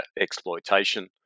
exploitation